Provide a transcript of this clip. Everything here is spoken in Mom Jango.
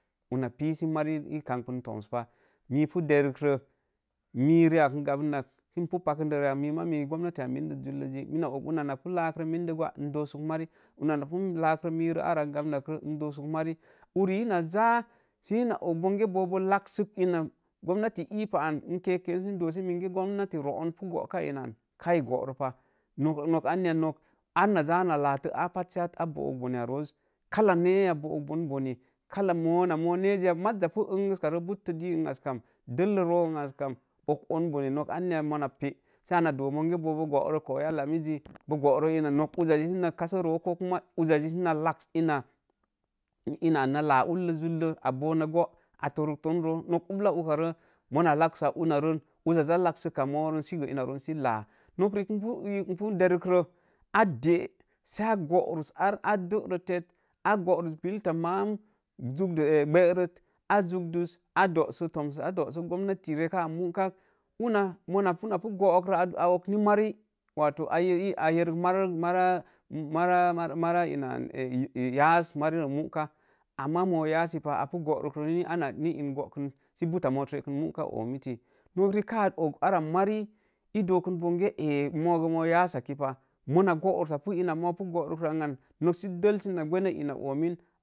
Una pii sə mari ii kam gbə domspa, mii pu derrə, mii riiak n gamnat sə n pu pakə də rii ak mii ma mii gomnati a mində zulləji una na pu la rə mində gwa n dosək una na pu laarə arra gam nak rə doosə mari, uri ii na zaa sə ii na og bonge boo boo laak sək ina gomnati ii pa om n keken sə dosə mingə gomnati roon pu gooka inan kaii gooro pa, nok anya nok ana ja na laatə a pat sə a book bone a roos, kalla neya boobon bone, kalla moo na moo nejiya maa za pu enguskarə buttə dii n as kam, della roo n as kam og on bone nok anya mona də sə mona monge bobo gooro koy alimiji, boo goro inan sə uza na kasə roo koo kuma uza sə na laaks inan na laa uhə a boon na goo, a torton rook nok ubla ukarə mona laaks a uza rən uza zaa laaksə a moo rə sə ina roo sə laa, nok riik ipu ii ipu derrə a dee sə a goorus an sə a dərə tef, a goorus billə ta maam zukdi gberat a zukdus a doosə gomnati reekaa mukak, ilna mona pu na pu goor ə, a og ni marik wato a yer mari, mari inan yas mari rə muka, ama moo yas sə pah apu goorə ni in gookə sə buta mōōt rekən muk oomiti kaa og ara mari ii ogkən bonge ēē magə moo yas sakki pah, muna gorusapu ina moo pu gorukra n am nok sə dell sə na gwenə ina oomin.